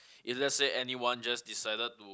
if let's say anyone just decided to